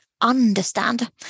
understand